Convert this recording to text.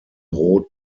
rot